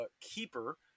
keeper